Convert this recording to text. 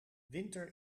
winter